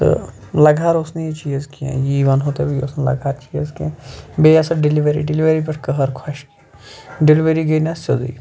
تہٕ لَگہٕ ہار اوس نہٕ یہِ چیٖز کینٛہہ یی وَنہو تۄہہِ بہٕ یہِ اوس نہٕ لَگہٕ ہار چیٖز کینٛہہ بیٚیہِ یہِ ہِسا ڈیٚلِؤری ڈیٚلِؤری پٮ۪ٹھ کٔہر خۄشکی ڈیٚلِؤری گٔے نہٕ اَتھ سیوٚدُے